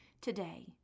today